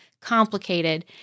complicated